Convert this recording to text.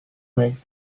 make